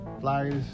Flyers